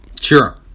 Sure